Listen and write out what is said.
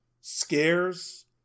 scares